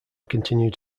continued